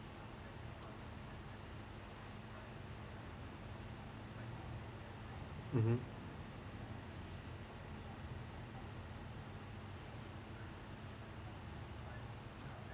mmhmm